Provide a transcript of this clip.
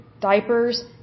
diapers